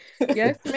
yes